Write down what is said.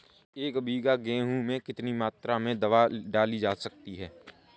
एक बीघा गेहूँ में कितनी मात्रा में दवा डाली जा सकती है?